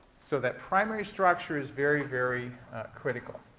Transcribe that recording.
so that primary structure is very, very critical.